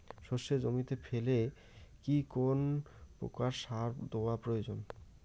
সর্ষে জমিতে ফেলে কি কোন প্রকার সার দেওয়া প্রয়োজন?